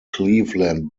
cleveland